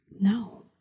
no